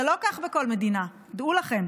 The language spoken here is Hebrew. זה לא כך בכל מדינה, דעו לכם.